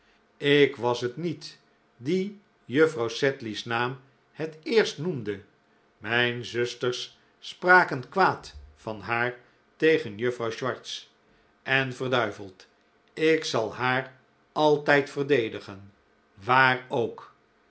ik was het niet die juffrouw sedley's naam het eerst noemde mijn zusters spraken kwaad van haar tegen juffrouw swartz en verduiveld ik zal haar altijd verdedigen waar ook